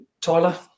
Tyler